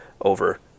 over